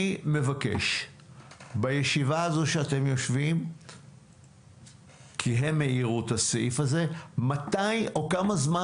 אני מבקש שבישיבה שתעשו תאמרו כמה זמן